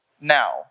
now